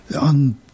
on